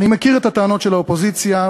אני מכיר את הטענות של האופוזיציה,